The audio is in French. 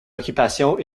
occupations